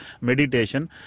meditation